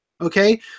Okay